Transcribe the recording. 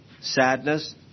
sadness